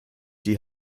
die